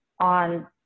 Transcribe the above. on